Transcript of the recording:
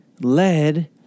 Led